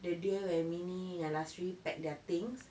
the day when minnie and lasiri packed their things